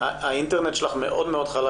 יש לי מכון קוסמטיקה.